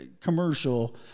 commercial